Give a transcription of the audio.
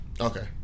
okay